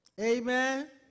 Amen